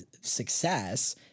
success